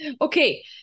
Okay